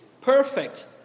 perfect